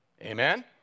Amen